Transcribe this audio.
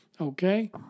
okay